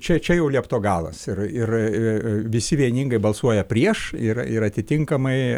čia čia jau liepto galas ir ir visi vieningai balsuoja prieš ir ir atitinkamai